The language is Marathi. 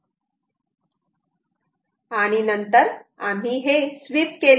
आणि नंतर आम्ही स्वीप केले